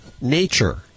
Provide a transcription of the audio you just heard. nature